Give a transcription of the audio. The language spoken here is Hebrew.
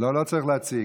לא צריך להציג.